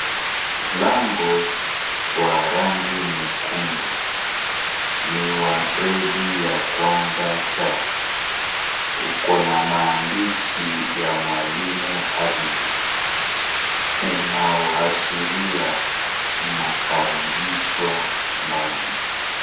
Mlango wa rangi nyekundu, ni wa gredi 1C. Ukona maandishi ya mwalimu Agnes. Unaashiria unakaribishwa ndani.